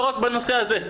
לא רק בנושא הזה,